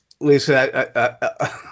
Lisa